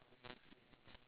what is makeup